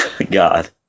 god